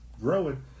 growing